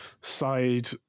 side